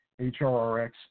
HRRX